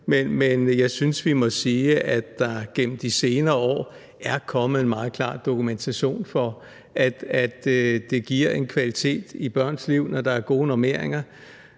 Men jeg synes, vi må sige, at der gennem de senere år er kommet en meget klar dokumentation for, at det giver en kvalitet i børns liv, når der er gode normeringer.